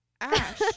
Ash